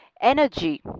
energy